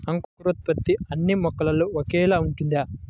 అంకురోత్పత్తి అన్నీ మొక్కలో ఒకేలా ఉంటుందా?